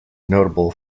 notable